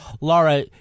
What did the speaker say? laura